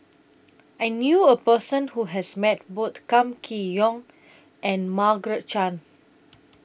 I knew A Person Who has Met Both Kam Kee Yong and Margaret Chan